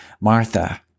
Martha